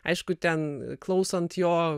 aišku ten klausant jo